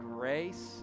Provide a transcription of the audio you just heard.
grace